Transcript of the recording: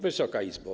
Wysoka Izbo!